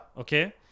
Okay